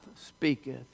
speaketh